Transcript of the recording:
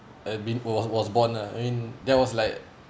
I've been was was born uh I mean that was like